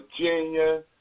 Virginia